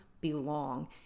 belong